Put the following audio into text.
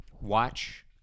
watch